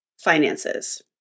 finances